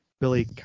Billy